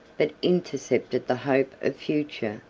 but intercepted the hope of future,